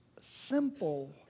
simple